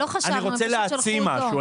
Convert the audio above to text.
אני רוצה להעצים משהו.